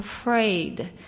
afraid